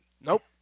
Nope